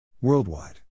Worldwide